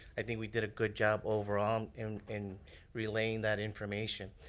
i think we did a good job overall in in relaying that information.